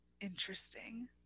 Interesting